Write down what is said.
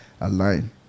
align